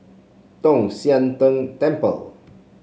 Tong Sian Tng Temple